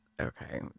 okay